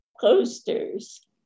posters